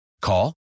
Call